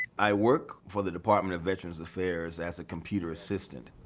i work for the department of veterans affairs as a computer assistant.